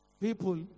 people